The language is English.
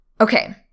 Okay